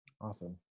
Awesome